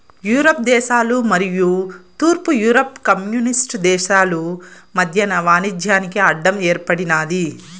Europe దేశాలు మరియు తూర్పు యూరప్ కమ్యూనిస్టు దేశాలు మధ్యన వాణిజ్యానికి అడ్డం ఏర్పడినాది